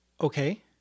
Okay